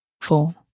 four